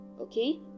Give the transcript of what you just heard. Okay